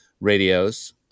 radios